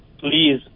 please